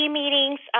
meetings